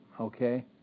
okay